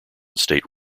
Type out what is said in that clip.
state